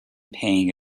paying